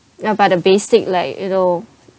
ya but the basic like you know